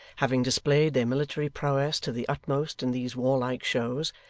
having displayed their military prowess to the utmost in these warlike shows,